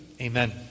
amen